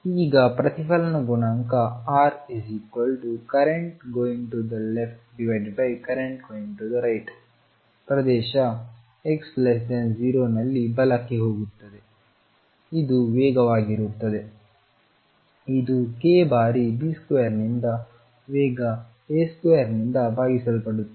ಈಗ ಪ್ರತಿಫಲನ ಗುಣಾಂಕ Rcurrent going to the leftcurrent going to the right ಪ್ರದೇಶ x 0 ನಲ್ಲಿ ಬಲಕ್ಕೆ ಹೋಗುತ್ತದೆ ಇದು ವೇಗವಾಗಿರುತ್ತದೆ ಇದು k ಬಾರಿ B2 ನಿಂದ ವೇಗ A2 ನಿಂದ ಭಾಗಿಸಲ್ಪಡುತ್ತದೆ